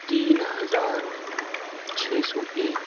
تین ہزار چھ سو ایک